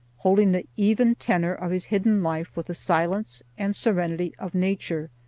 holding the even tenor of his hidden life with the silence and serenity of nature.